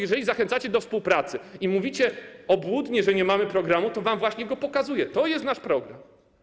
Jeżeli zachęcacie do współpracy i mówicie obłudnie, że nie mamy programu, to wam właśnie go pokazuję, to jest nasz program.